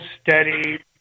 steady